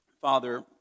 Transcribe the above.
Father